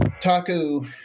Taku